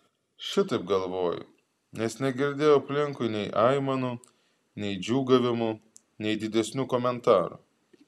šitaip galvoju nes negirdėjau aplinkui nei aimanų nei džiūgavimų nei didesnių komentarų